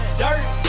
dirt